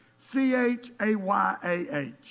C-H-A-Y-A-H